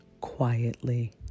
quietly